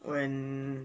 when